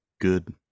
good